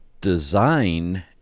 design